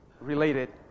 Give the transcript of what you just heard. related